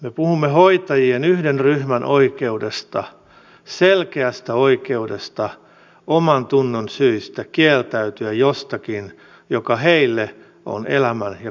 me puhumme hoitajien yhden ryhmän oikeudesta selkeästä oikeudesta omantunnonsyistä kieltäytyä jostakin joka heille on elämän ja kuoleman kysymys